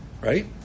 Right